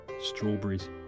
strawberries